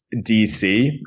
DC